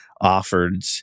offered